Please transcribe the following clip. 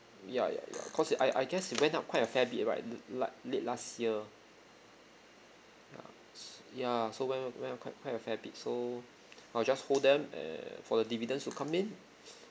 ya ya ya cause I I guess it went up quite a fair bit right like late last year ya ya so went went up quite quite a fair bit so I'll just hold them and for the dividends to come in